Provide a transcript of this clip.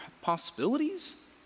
possibilities